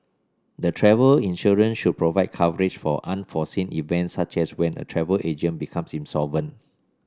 the travel insurance should provide coverage for unforeseen events such as when a travel agent becomes insolvent